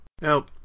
Now